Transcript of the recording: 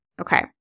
Okay